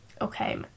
okay